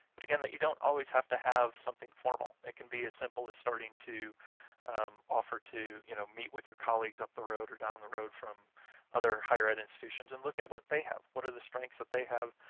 but again, that you don't always have to have something formal it can be as simple as starting to offer to you know meet with your colleagues up the road or down the road from other higher ed institutions and look at what they have. what are the strengths that they have,